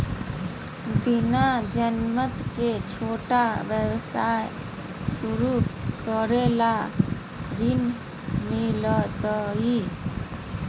बिना जमानत के, छोटा व्यवसाय शुरू करे ला ऋण मिलतई?